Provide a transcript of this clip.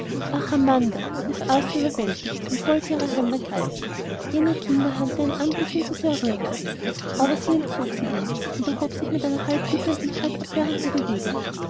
überwältigt und wollte ihre hand ergreifen jene kinderhand deren anblick ihn so sehr rührte aber sie entzog sich ihm und erhob sich mit einer halb bittenden halb abwehrenden bewegung